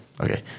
Okay